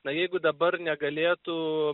na jeigu dabar negalėtų